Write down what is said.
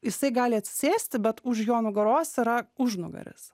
jisai gali atsisėsti bet už jo nugaros yra užnugaris